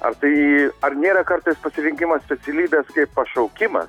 ar tai ar nėra kartais pasirinkimas specialybės kaip pašaukimas